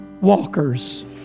walkers